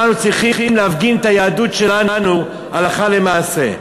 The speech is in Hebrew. אנחנו צריכים להפגין את היהדות שלנו הלכה למעשה.